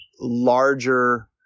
larger